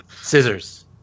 Scissors